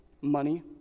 money